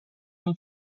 این